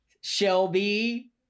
Shelby